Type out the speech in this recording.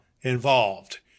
involved